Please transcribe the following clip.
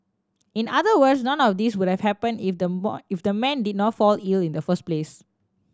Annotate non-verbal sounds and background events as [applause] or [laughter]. in other words none of these would have happened if the [unintelligible] if the man did not fall ill in the first place